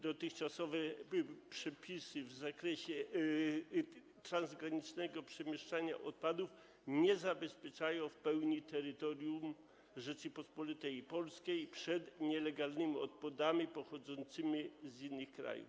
Dotychczasowe przepisy w zakresie transgranicznego przemieszczania odpadów nie zabezpieczają bowiem w pełni terytorium Rzeczypospolitej Polskiej przed nielegalnymi odpadami pochodzącymi z innych krajów.